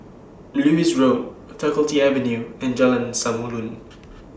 Lewis Road Faculty Avenue and Jalan Samulun